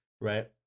right